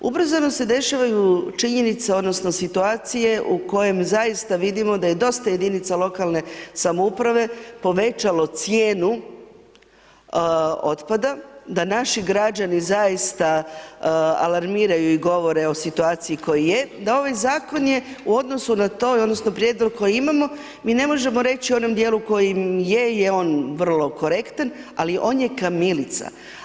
Ubrzano se dešavaju činjenice, odnosno, situacije u kojoj zaista vidimo da je dosta jedinice lokalne samouprave, povećalo cijenu otpada da naši građani zaista, alarmiraju i govore o situaciji koji je, da ovaj zakon je u odnosu na to odnosno, prijedlog koji imamo, mi ne možemo reći u onom dijelu koji je je on vrlo korektan, ali on je kamilica.